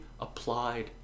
applied